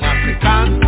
African